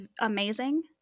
amazing